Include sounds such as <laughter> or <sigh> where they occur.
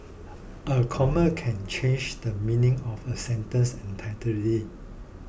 a comma can change the meaning of a sentence <unintelligible>